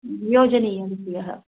योजनीयं ह्यः